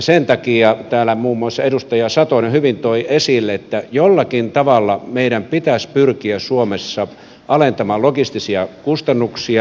sen takia täällä muun muassa edustaja satonen hyvin toi esille että jollakin tavalla meidän pitäisi pyrkiä suomessa alentamaan logistisia kustannuksia